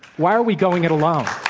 why are we going it alone?